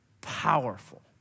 powerful